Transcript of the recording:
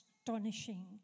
astonishing